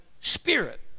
spirit